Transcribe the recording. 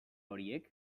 horiek